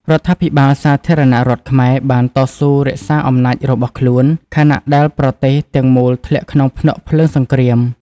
រដ្ឋាភិបាលសាធារណរដ្ឋខ្មែរបានតស៊ូរក្សាអំណាចរបស់ខ្លួន ខណៈដែលប្រទេសទាំងមូលធ្លាក់ក្នុងភ្នក់ភ្លើងសង្គ្រាម។